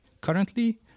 Currently